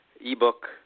ebook